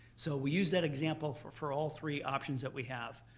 so we use that example for for all three options that we have.